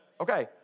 Okay